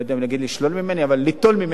אבל ליטול ממני את הסמכות הזאת.